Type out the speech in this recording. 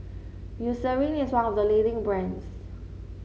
Eucerin is one of the leading brands